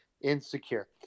insecure